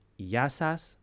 yasas